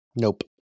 Nope